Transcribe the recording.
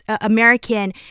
American